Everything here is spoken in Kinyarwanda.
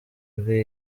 kuri